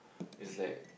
it's like